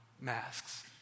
masks